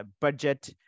budget